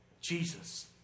Jesus